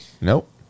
Nope